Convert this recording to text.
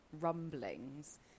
rumblings